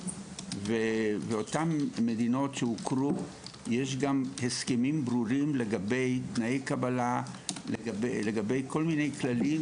ולאותן מדינות שהוכרו יש הסכמים ברורים לגבי תנאי קבלה וכל מיני כללים